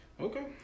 okay